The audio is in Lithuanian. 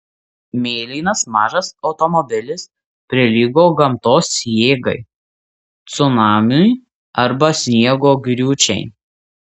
mėlynas mažas automobilis prilygo gamtos jėgai cunamiui arba sniego griūčiai